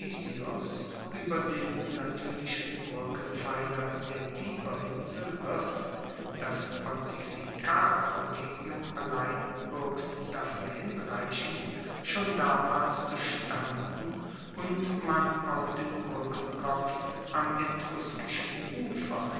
ueber den natuerlichen brueckenpfeiler der tiberinsel wird das pontifikalkollegium allein buergt dafuer hinreichend schon damals bestanden und man auch den brueckenkopf am etruskischen ufer